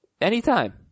Anytime